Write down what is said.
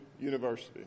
University